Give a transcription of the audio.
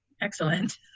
excellent